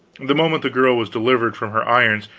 the moment the girl was delivered from her irons,